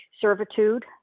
servitude